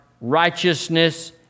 righteousness